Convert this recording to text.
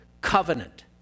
Covenant